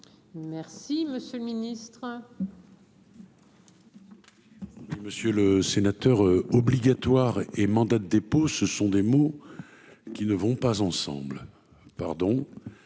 Merci, monsieur le Ministre.